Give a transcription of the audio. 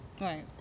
Right